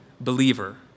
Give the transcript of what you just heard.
believer